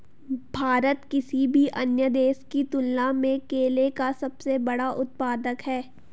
भारत किसी भी अन्य देश की तुलना में केले का सबसे बड़ा उत्पादक है